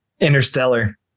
Interstellar